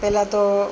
પહેલાં તો